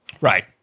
right